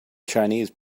chinese